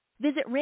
Visit